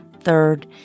Third